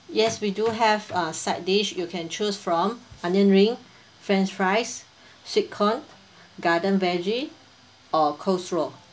yes we do have uh side dish you can choose from onion ring french fries sweet corn garden veggie or coleslaw